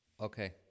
Okay